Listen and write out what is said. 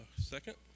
second